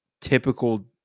typical